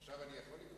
עכשיו אני יכול?